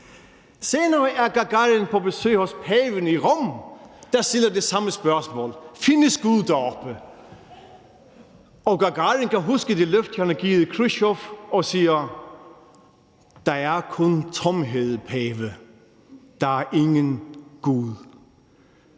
Senere er Gagarin på besøg hos paven i Rom, der stiller det samme spørgsmål: Findes Gud deroppe? Og Gagarin kan huske det løfte, han har givet Khrusjtjov, og siger: Der er kun tomhed, pave, der er ingen Gud.